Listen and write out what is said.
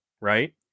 right